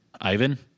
Ivan